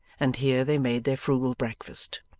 and here they made their frugal breakfast.